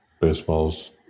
baseball's